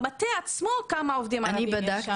במטה עצמו כמה עובדים ערבים יש שם?